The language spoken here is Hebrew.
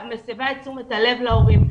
מסבה את תשומת לב ההורים.